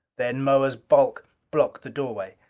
then moa's bulk blocked the doorway.